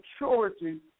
maturity